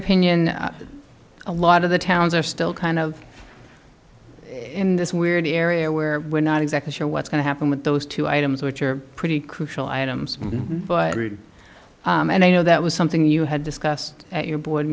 opinion a lot of the towns are still kind of in this weird area where we're not exactly sure what's going to happen with those two items which are pretty crucial adams and i know that was something you had discussed at your board